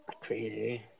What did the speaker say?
Crazy